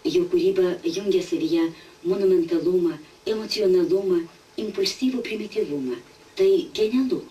jų kūryba jungia savyje monumentalumą emocionalumą impulsyvų primityvumą tai genialu